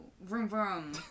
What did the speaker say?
vroom-vroom